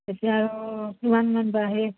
তেতিয়া আৰু কিমানমান বা আহে